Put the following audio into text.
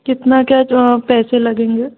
कितना क्या पैसे लगेंगे